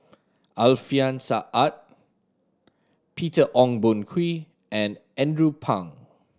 Alfian Sa'at Peter Ong Boon Kwee and Andrew Phang